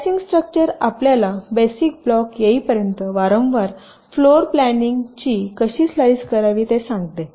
slicing structure आपल्याला basic block येईपर्यंत वारंवार फ्लोर प्लॅनिंग ची कशी स्लाइस करावी ते सांगते